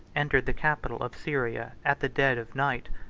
entered the capital of syria at the dead of night,